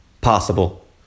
possible